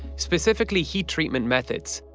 specifically heat treatment methods.